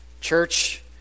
Church